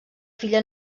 filla